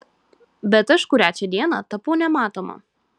bet aš kurią čia dieną tapau nematoma